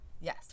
Yes